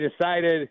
decided